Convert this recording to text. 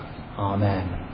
Amen